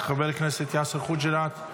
חבר הכנסת יאסר חוג'יראת,